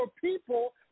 people